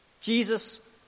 Jesus